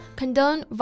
condone